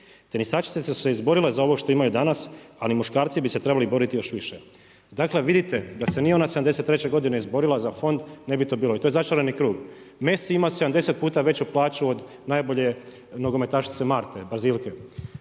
Tenisačice su se izborile za ono što imaju danas, ali muškarci bi se trebali boriti još više“. Dakle vidite, da se nije ona '73. godine izborila za fond ne bi to bilo i to je začarani krug. Messi ima 70 puta veću plaću od najbolje nogometašice Marte Brazilke,